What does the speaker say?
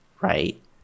right